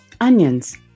onions